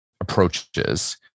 approaches